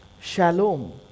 Shalom